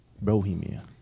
Bohemia